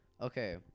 Okay